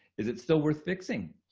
is it still worth fixing?